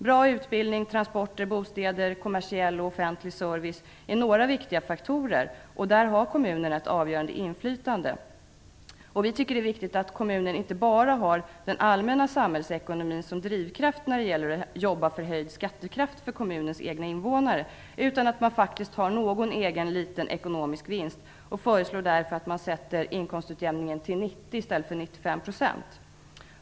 Bra utbildning, transporter, bostäder, kommersiell och offentlig service är några viktiga faktorer, och där har kommunerna ett avgörande inflytande. Vi tycker att det är viktigt att kommunen inte bara har den allmänna samhällsekonomin som drivkraft när det gäller att jobba för höjd skattekraft för kommunens egna invånare utan att man faktiskt får någon egen liten ekonomisk vinst. Vi föreslår därför att inkomstutjämningen sätts till 90 i stället för 95 %.